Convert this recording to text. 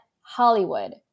Hollywood